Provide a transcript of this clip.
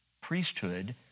priesthood